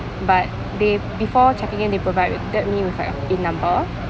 but they before checking in they provided me with like a pin number